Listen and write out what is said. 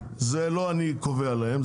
אבל זה לא אני קובע להם.